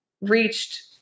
reached